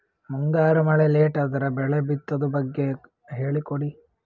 ಮುಂಗಾರು ಮಳೆ ಲೇಟ್ ಅದರ ಬೆಳೆ ಬಿತದು ಬಗ್ಗೆ ಹೇಳಿ ಕೊಡಿ?